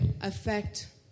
affect